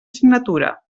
signatura